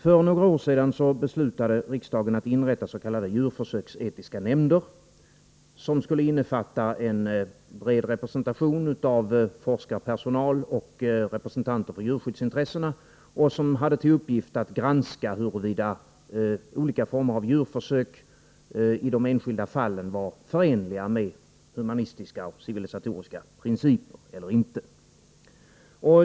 För några år sedan beslutade riksdagen inrätta s.k. djurförsöksetiska nämnder som skulle ha en bred representation av forskarpersonal och företrädare för djurskyddsintressena och ha till uppgift att granska huruvida olika former av djurförsök i de enskilda fallen var förenliga med humanistiska och civilisatoriska principer eller inte.